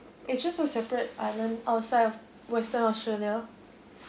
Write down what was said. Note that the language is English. it's just a separate island outside of western australia